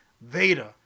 Vader